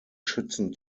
schützen